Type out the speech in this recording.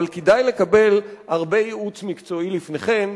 אבל כדאי לקבל הרבה ייעוץ מקצועי לפני כן.